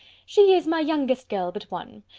she is my youngest girl but one.